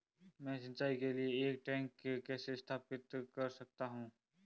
मैं सिंचाई के लिए एक टैंक कैसे स्थापित कर सकता हूँ?